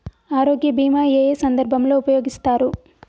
ఆరోగ్య బీమా ఏ ఏ సందర్భంలో ఉపయోగిస్తారు?